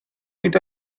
nid